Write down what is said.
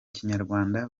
kinyarwanda